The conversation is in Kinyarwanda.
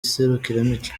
serukiramuco